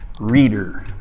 reader